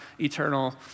eternal